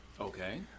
Okay